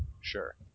Sure